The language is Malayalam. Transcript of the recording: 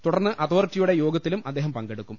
തുടർന്ന് അതോറിറ്റിയുടെ യോഗത്തിലും അദ്ദേഹം പങ്കെ ടുക്കും